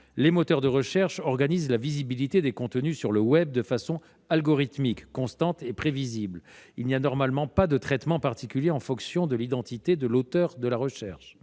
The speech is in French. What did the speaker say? des réseaux sociaux. Ils organisent la visibilité des contenus sur le net de façon algorithmique, constante et prévisible. Il n'y a normalement aucun traitement particulier en fonction de l'identité de l'auteur de la recherche.